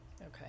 Okay